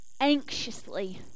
anxiously